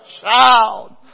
child